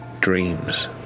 dreams